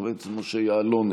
חבר הכנסת משה יעלון,